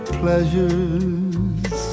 pleasures